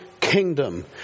kingdom